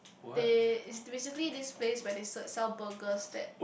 they is basically this place where they se~ sell burgers that